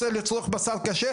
מצלם כל מיני משאיות משא של בהמות,